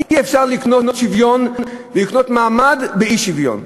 אי-אפשר לקנות שוויון ולקנות מעמד באי-שוויון.